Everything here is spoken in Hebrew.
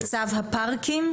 צו הפארקים?